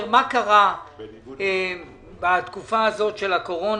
אני מבקש לקבל הסבר מה קרה בתקופה הזאת של הקורונה,